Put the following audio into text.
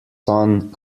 son